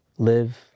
live